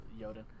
Yoden